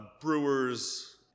brewers